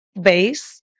base